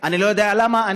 אני לא יודע למה.